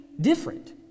different